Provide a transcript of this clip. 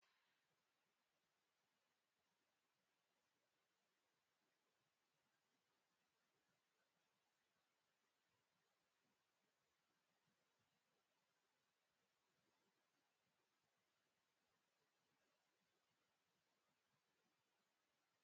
Ingurube iri mu kiraro, ni nziza cyane.